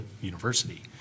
university